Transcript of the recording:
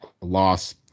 loss